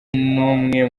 n’umwe